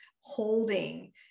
holding